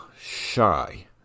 shy